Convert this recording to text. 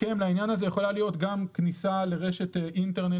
הסכם לעניין הזה יכולה להיות גם כניסה לרשת אינטרנט